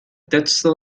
texto